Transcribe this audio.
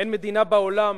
אין מדינה בעולם,